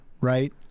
right